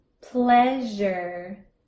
pleasure